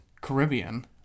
Caribbean